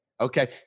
okay